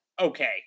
okay